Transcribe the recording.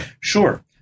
Sure